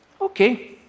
Okay